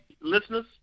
listeners